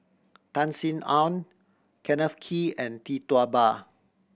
Tan Sin Aun Kenneth Kee and Tee Tua Ba